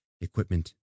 equipment